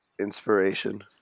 inspiration